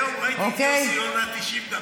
היום ראיתי את יוסי יונה 90 דקות.